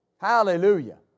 Hallelujah